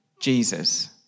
Jesus